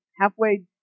halfway